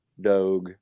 Doge